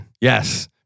Yes